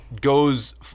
goes